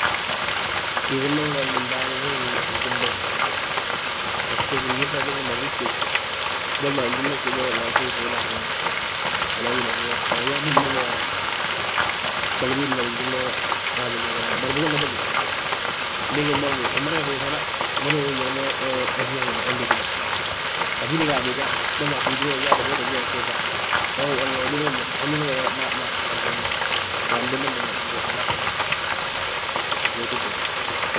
Yíŧi ma ngolli ndaani he gí yíŧi mbol, bbasgo gimbiiŧa gilli ma gii jjej. Boli mo anjuumna juume, hala asuwin suwne a hú ma, anan góba a hú ma. Ta nda adumna mo, ɓali biindi ma ngi gí mo bari bigolla bége, bége moom umada bà biiŧana, umada húri njali ma, unheŋi undétibà. ga a boja, boli mo a frúti ma unyaati be uu ttin jee ma bbiiŧa. Walla ududma mo, undudma mo ma, ma andumna, te adumna mo mma gembe, bsóoti bwoye.